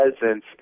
presence